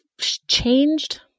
changed